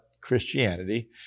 Christianity